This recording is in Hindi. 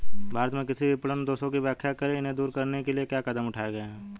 भारत में कृषि विपणन के दोषों की व्याख्या करें इन्हें दूर करने के लिए क्या कदम उठाए गए हैं?